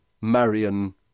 Marion